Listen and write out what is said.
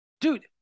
dude